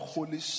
Holy